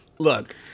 Look